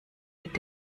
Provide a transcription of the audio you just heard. mit